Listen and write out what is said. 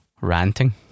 Ranting